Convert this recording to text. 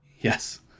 Yes